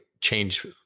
change